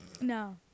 No